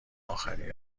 آخری